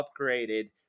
upgraded